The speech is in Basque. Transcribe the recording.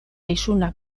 isunak